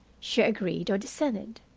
she agreed or dissented.